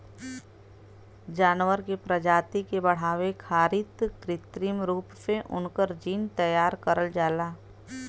जानवर के प्रजाति के बढ़ावे खारित कृत्रिम रूप से उनकर जीन तैयार करल जाला